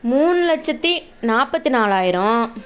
மூணு லட்சத்தி நாற்பத்தி நாலாயிரம்